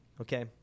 Okay